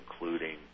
including